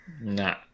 Nah